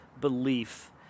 belief